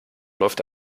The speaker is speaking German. läuft